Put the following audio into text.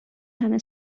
همه